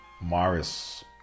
Morris